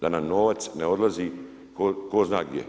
Da nam novac ne odlazi tko zna gdje.